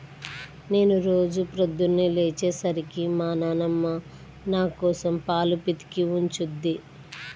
నేను రోజూ పొద్దన్నే లేచే సరికి మా నాన్నమ్మ నాకోసం పాలు పితికి ఉంచుద్ది